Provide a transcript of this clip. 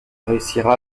réussira